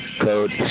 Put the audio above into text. Code